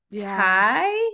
tie